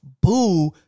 Boo